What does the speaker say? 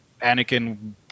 Anakin